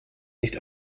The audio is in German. nicht